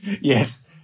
Yes